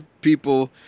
people